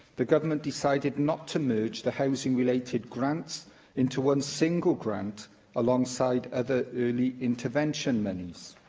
the government decided not to merge the housing-related grants into one single grant alongside other early intervention moneys.